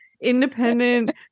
independent